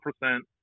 percent